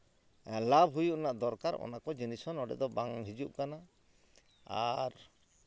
ᱞᱟᱵᱷ ᱦᱩᱭᱩᱜ ᱨᱮᱱᱟᱜ ᱫᱚᱨᱠᱟᱨ ᱚᱱᱟ ᱠᱚ ᱡᱤᱱᱤᱥ ᱦᱚᱸ ᱱᱚᱸᱰᱮ ᱫᱚ ᱵᱟᱝ ᱦᱤᱡᱩᱜ ᱠᱟᱱᱟ ᱟᱨ